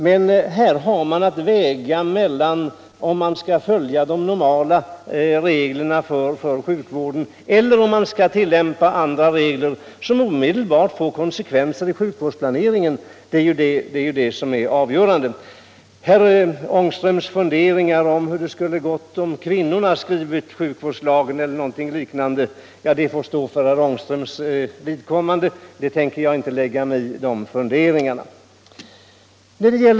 Men vi har att avgöra om de normala reglerna för sjukvården skall följas eller om andra regler, som omedelbart får konsekvenser i sjukvårdsplaneringen, skall tillämpas. Herr Ångströms funderingar om hur det blivit om kvinnorna skrivit sjukvårdslagen eller någonting liknande får stå för herr Ångströms vidkommande. Jag tänker inte lägga mig i de funderingarna.